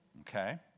Okay